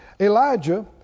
Elijah